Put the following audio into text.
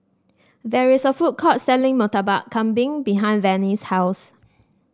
there is a food court selling Murtabak Kambing behind Vannie's house